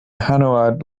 hanaud